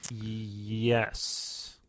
Yes